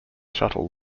shuttle